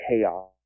chaos